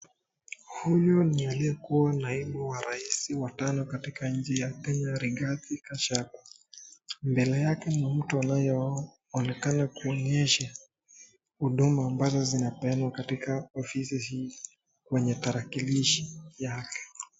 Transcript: Huyu ni aliyekuwa naibu wa raisi wa tano katika nchi ya Kenya, Rigathi Gachagua. Mbele yake ni mtu anayeonekana kuonyesha huduma ambazo zinapeanwa katika ofisi hii, kwenye tarakilishi yake.